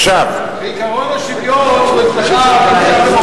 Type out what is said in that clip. עכשיו, עקרון השוויון אצלך נמצא במקום